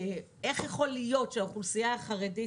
איך יכול להיות שהאוכלוסייה החרדית